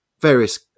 various